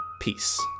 Peace